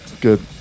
good